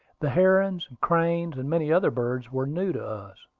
the herons, cranes, and many other birds were new to us.